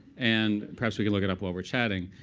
and perhaps we could look it up while we're chatting.